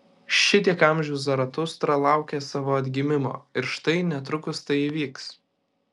šitiek amžių zaratustra laukė savo atgimimo ir štai netrukus tai įvyks